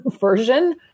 version